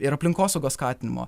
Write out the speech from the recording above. ir aplinkosaugos skatinimo